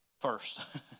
first